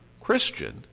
Christian